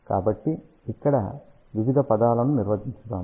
కాబట్టి ఇక్కడ వివిధ పదాలను నిర్వచించుదాము